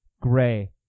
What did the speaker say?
Gray